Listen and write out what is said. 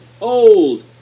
Old